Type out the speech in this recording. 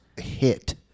hit